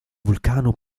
vulcano